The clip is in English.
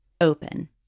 open